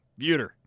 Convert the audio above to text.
Buter